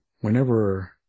whenever